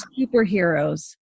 superheroes